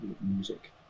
music